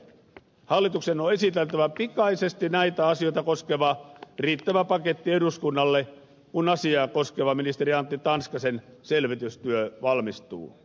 hallituksen on esiteltävä pikaisesti näitä asioita koskeva riittävä paketti eduskunnalle kun asiaa koskeva ministeri antti tanskasen selvitystyö valmistuu